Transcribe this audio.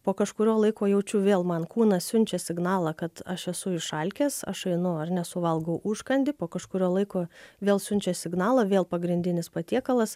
po kažkurio laiko jaučiu vėl man kūnas siunčia signalą kad aš esu išalkęs aš einu ar ne suvalgau užkandį po kažkurio laiko vėl siunčia signalą vėl pagrindinis patiekalas